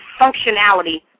functionality